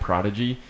Prodigy